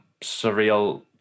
surreal